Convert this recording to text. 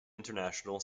international